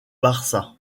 barça